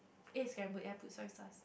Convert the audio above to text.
eat scramble egg I put soy sauce